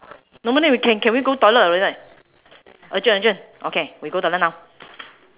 no more then we can can we go toilet already right urgent urgent okay we go toilet now